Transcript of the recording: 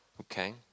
Okay